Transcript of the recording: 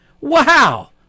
Wow